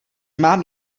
mám